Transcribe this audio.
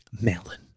melon